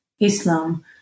Islam